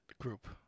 group